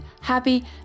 happy